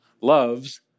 loves